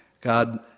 God